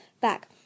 back